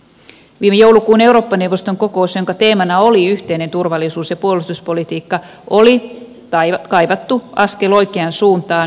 viime joulukuun eurooppa neuvoston kokous jonka teemana oli yhteinen turvallisuus ja puolustuspolitiikka oli kaivattu askel oikeaan suuntaan